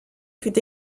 fut